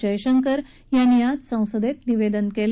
जयशंकर यांनी आज संसदेत निवेदन केलं